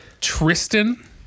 Tristan